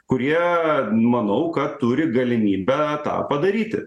kurie manau kad turi galimybę tą padaryti